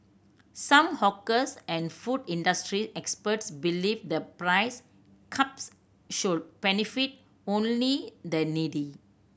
some hawkers and food industry experts believe the price caps should benefit only the needy